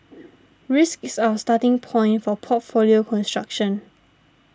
risk is our starting point for portfolio construction